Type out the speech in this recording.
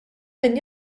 min